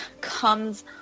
comes